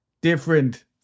different